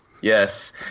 Yes